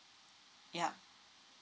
yeah